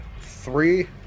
Three